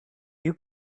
you